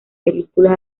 películas